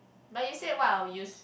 but you say what I'll use